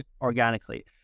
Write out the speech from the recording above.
organically